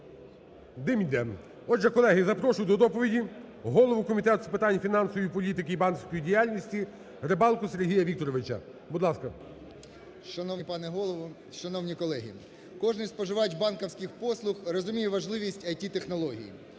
дим іде. Отже, колеги, запрошую до доповіді голову Комітету з питань фінансової політики і банківської діяльності Рибалку Сергія Вікторовича. Будь ласка. 16:15:37 РИБАЛКА С.В. Шановний пане Голово, шановні колеги! Кожен споживач банківських послуг розуміє важливість ІТ-технологій.